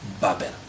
babel